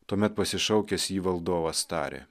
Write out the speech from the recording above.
tuomet pasišaukęs jį valdovas tarė